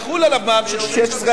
יחול עליו מע"מ של 16%,